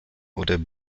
oder